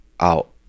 out